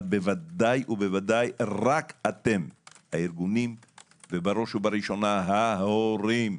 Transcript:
בוודאי רק אתם הארגונים ובראש ובראשונה ההורים,